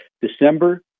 December